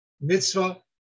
mitzvah